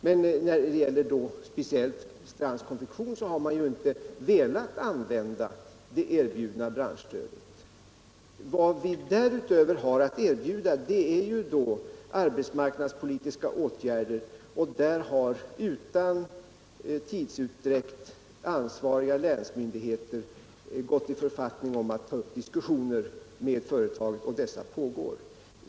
Men när det gäller Strands Konfektion har man ju inte velat använda det erbjudna branschstödet. Vad vi därutöver har att erbjuda är arbetsmarknadspolitiska åtgärder, och där har utan tidsutdräkt ansvariga länsmyndigheter gått i författning om att ta upp diskussioner med företaget, och dessa pågår.